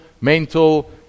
mental